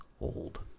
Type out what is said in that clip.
old